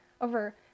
over